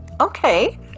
Okay